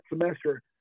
semester